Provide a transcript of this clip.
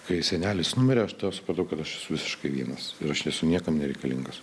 kai senelis numirė aš supratau kad aš esu visiškai vienas ir aš nesu niekam nereikalingas